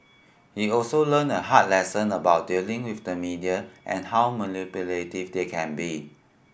he also learned a hard lesson about dealing with the media and how manipulative they can be